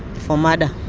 for murder.